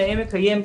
נאה מקיים,